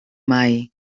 mai